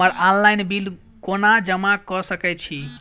हम्मर online bill कोना जमा कऽ सकय छी?